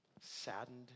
saddened